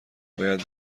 باید